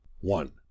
One